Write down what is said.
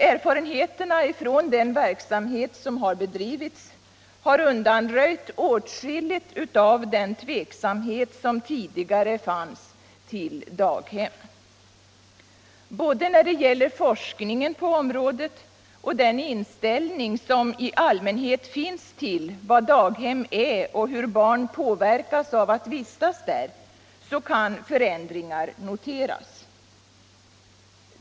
Erfarenheterna från den verksamhet som bedrivits har undanröjt åtskilligt av den tveksamhet inför daghem som tidigare fanns. Både när det gäller forskningen på området och när det gäller den inställning som i allmänhet finns till vad daghem är och hur barn påverkas av att vistas där så kan förändringar noteras.